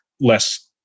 less